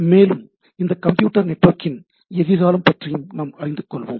மேலும் இந்த கம்ப்யூட்டர் நெட்வொர்க்கின் எதிர்காலம் பற்றியும் நாம் அறிந்து கொள்வோம்